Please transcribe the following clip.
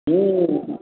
हँ